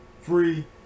free